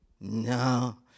No